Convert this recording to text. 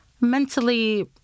mentally